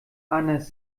anders